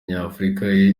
nyafurika